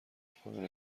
پایان